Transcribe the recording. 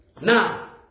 Now